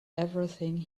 everything